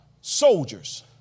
soldiers